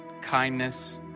kindness